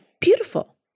Beautiful